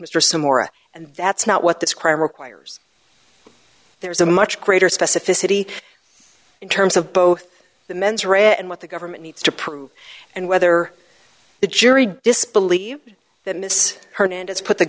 mr some more and that's not what this crime requires there's a much greater specificity in terms of both the mens rea and what the government needs to prove and whether the jury disbelieve that miss her and it's put the